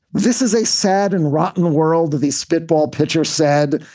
this is a sad and rotten world. these spitball pitchers said.